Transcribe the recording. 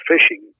fishing